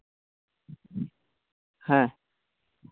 ᱦᱮᱸ